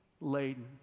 laden